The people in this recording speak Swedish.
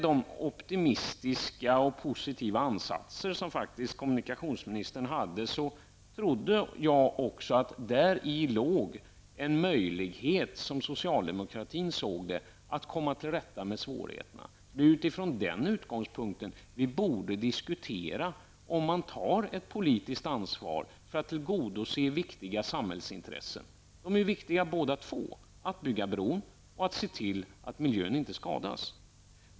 I de optimistiska och positiva ansatser som kommunikationsministern faktiskt också hade trodde jag att det låg en möjlighet -- som socialdemokratin såg det -- att komma till rätta med svårigheterna. Det är utifrån den utgångspunkten som vi borde diskutera om man tar ett politiskt ansvar för att tillgodose viktiga miljöintressen. Det är viktigt att se till både att bron byggs och att miljön inte skadas.